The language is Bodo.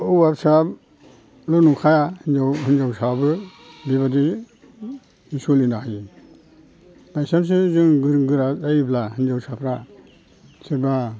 हौवासाल' नंखाया हिनजावसायाबो बेबादि सोलिनो हायो बायसानसान्साव जों गोरों गोरा जायोब्ला हिनजावसाफ्रा सोरबा